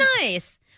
Nice